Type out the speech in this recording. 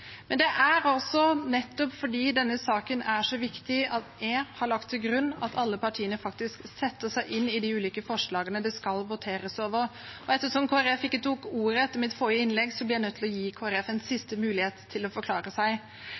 Men det er nettopp fordi denne saken er så viktig, at jeg har lagt til grunn at alle partier faktisk setter seg inn i de ulike forslagene det skal voteres over, og ettersom Kristelig Folkeparti ikke tok ordet etter mitt forrige innlegg, blir jeg nødt til å gi Kristelig Folkeparti en siste mulighet til å forklare seg.